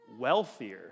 wealthier